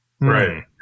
Right